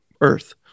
earth